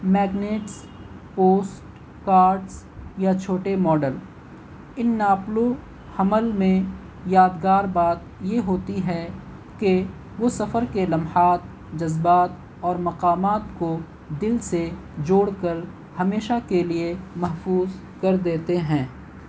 magnates post cards یا چھوٹے model ان نقل و حمل میں یادگار بات یہ ہوتی ہے کہ وہ سفر کے لمحات جذبات اور مقامات کو دل سے جوڑ کر ہمیشہ کے لیے محفوظ کر دیتے ہیں